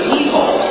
evil